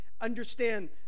understand